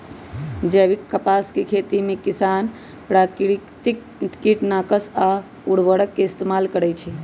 जैविक कपास के खेती में किसान प्राकिरतिक किटनाशक आ उरवरक के इस्तेमाल करई छई